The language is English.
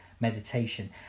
meditation